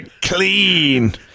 clean